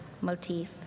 motif